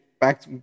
back